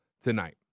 tonight